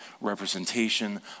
representation